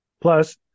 plus